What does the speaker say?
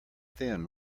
thin